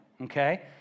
Okay